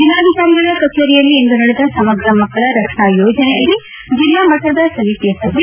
ಜಿಲ್ಲಾಧಿಕಾರಿಗಳ ಕಚೇರಿಯಲ್ಲಿಂದು ನಡೆದ ಸಮಗ್ರ ಮಕ್ಕಳ ರಕ್ಷಣಾ ಯೋಜನೆಯಡಿ ಜಿಲ್ಲಾ ಮಟ್ಟದ ಸಮಿತಿ ಸಭೆ